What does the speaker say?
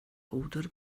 powdr